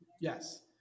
Yes